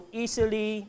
easily